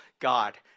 God